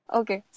okay